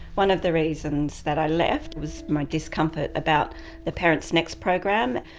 one of the reasons that i left was my discomfort about the parentsnext program,